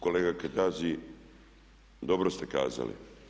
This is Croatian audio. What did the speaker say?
Kolega Kajtazi, dobro ste kazali.